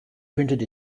printed